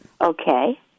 Okay